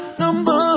number